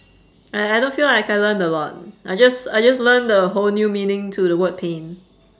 I I don't feel like I learnt a lot I just I just learnt a whole new meaning to the word pain